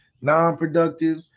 non-productive